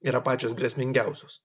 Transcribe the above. yra pačios grėsmingiausios